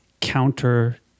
counter